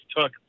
took